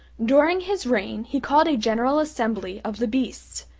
during his reign he called a general assembly of the beasts,